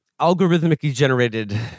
Algorithmically-generated